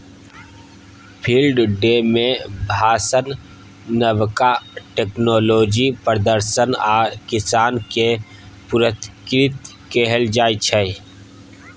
field day मे भाषण, नबका टेक्नोलॉजीक प्रदर्शन आ किसान केँ पुरस्कृत कएल जाइत छै